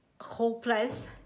hopeless